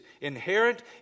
inherent